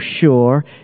sure